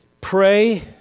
pray